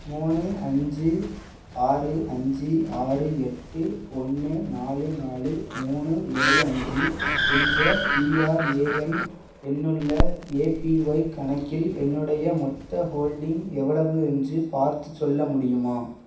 மூணு அஞ்சு ஆறு அஞ்சு ஆறு எட்டு ஒன்று நாலு நாலு மூணு ஏழு அஞ்சு என்ற பிஆர்ஏஎன் எண்ணுள்ள ஏபிஒய் கணக்கில் என்னுடைய மொத்த ஹோல்டிங் எவ்வளவு என்று பார்த்துச் சொல்ல முடியுமா